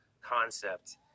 concept